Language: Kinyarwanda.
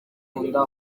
akunda